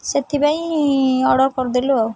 ସେଥିପାଇଁ ଅର୍ଡ଼ର କରିଦେଲୁ ଆଉ